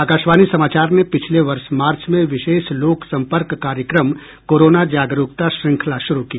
आकाशवाणी समाचार ने पिछले वर्ष मार्च में विशेष लोक संपर्क कार्यक्रम कोरोना जागरुकता श्रृंखला शुरू की